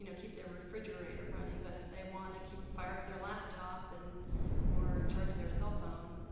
you know keep their refrigerator running, but if they want to keep fire up their laptop and or charge their cellphone,